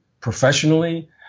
professionally